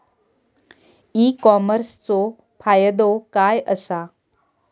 E कॉमर्सचो फायदो काय असा?